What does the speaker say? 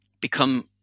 become